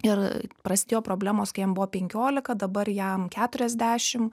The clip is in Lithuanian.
ir prasidėjo problemos kai jam buvo penkiolika dabar jam keturiasdešim